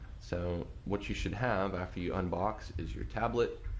so what you should have after you unbox is your tablet,